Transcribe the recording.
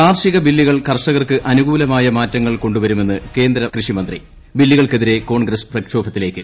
കാർഷിക ബില്ലുകൾ കർഷകർക്ക് അനുകൂലമായ മാറ്റങ്ങൾ കൊണ്ടുവരുമെന്ന് ക്ട്രേന്ദ്രകൃഷി മന്ത്രി ബില്ലുകൾക്കെതിരെ കോൺഗ്രസ് പ്രക്ഷോഭത്തിലേക്ക്